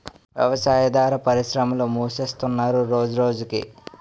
వ్యవసాయాదార పరిశ్రమలు మూసేస్తున్నరు రోజురోజకి